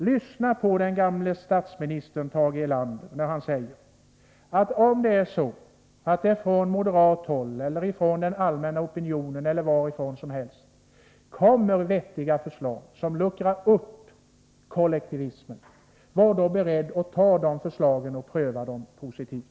Lyssna på den gamle statsministern Tage Erlander när han säger: Om det från moderat håll, från den allmännna opinionen eller varifrån som helst kommer vettiga förslag som luckrar upp kollektivismen, var då beredd att pröva de förslagen positivt.